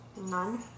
None